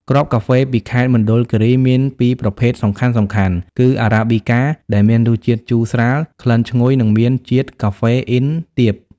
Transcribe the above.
គ្រាប់កាហ្វេពីខេត្តមណ្ឌលគិរីមានពីរប្រភេទសំខាន់ៗ គឺ អារ៉ាប៊ីកា ដែលមានរសជាតិជូរស្រាល ក្លិនឈ្ងុយ និងមានជាតិកាហ្វេអ៊ីនទាប។